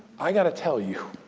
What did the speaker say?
i got to tell you.